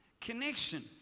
connection